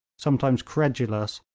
sometimes credulous,